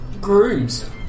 grooms